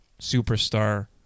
superstar